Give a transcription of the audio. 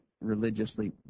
religiously